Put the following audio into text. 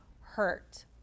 hurt